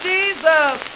Jesus